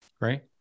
Right